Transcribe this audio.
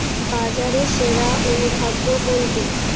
বাজারে সেরা অনুখাদ্য কোনটি?